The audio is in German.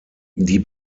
die